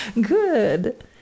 good